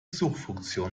suchfunktion